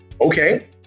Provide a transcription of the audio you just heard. Okay